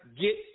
get